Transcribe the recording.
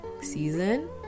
season